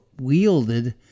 wielded